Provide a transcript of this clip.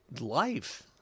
Life